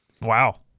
Wow